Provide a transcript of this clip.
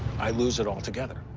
i lose it altogether.